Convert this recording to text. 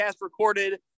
recorded